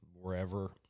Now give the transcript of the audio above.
wherever